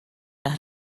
las